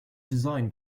designed